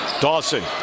Dawson